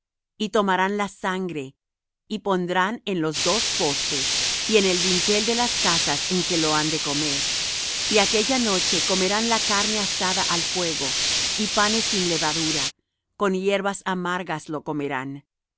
y tomarán de la sangre y pondrán en los dos postes y en el dintel de las casas en que lo han de comer y aquella noche comerán la carne asada al fuego y panes sin levadura con hierbas amargas lo comerán